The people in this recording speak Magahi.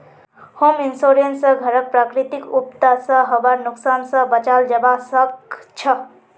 होम इंश्योरेंस स घरक प्राकृतिक आपदा स हबार नुकसान स बचाल जबा सक छह